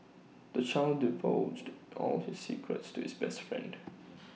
the child divulged all his secrets to his best friend